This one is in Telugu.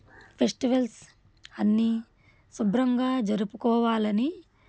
ఫెస్టివల్స్ అన్నీ శుభ్రంగా జరుపుకోవాలని